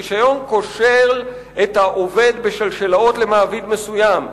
הרשיון קושר את העובד בשלשלאות למעביד מסוים.